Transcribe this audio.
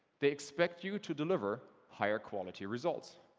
they expect you to deliver higher quality results.